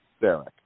Derek